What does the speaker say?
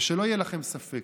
ושלא יהיה לכם ספק,